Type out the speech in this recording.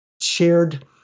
shared